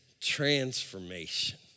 transformation